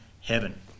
heaven